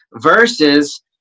versus